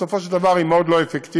בסופו של דבר היא מאוד לא אפקטיבית.